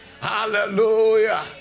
hallelujah